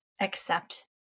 accept